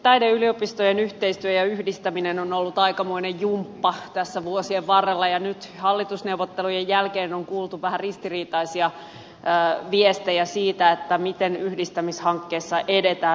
taideyliopistojen yhteistyö ja yhdistäminen on ollut aikamoinen jumppa tässä vuosien varrella ja nyt hallitusneuvottelujen jälkeen on kuultu vähän ristiriitaisia viestejä siitä miten yhdistämishankkeessa edetään